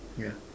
yeah